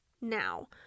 Now